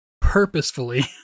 purposefully